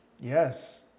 Yes